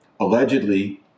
allegedly